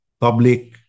public